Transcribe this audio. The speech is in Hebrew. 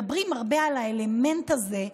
מדברים הרבה על האלמנט הזה,